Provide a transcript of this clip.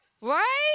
Right